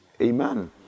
Amen